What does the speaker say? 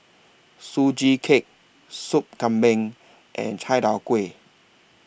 Sugee Cake Sup Kambing and Chai Tow Kuay